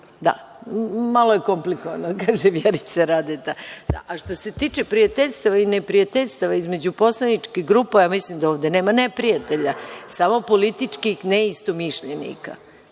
Malo je komplikovano – kaže Vjerica Radeta. Što se tiče prijateljstava i neprijateljstava između poslaničkih grupa, ja mislim da ovde nema neprijatelja, samo političkih neistomišljenika.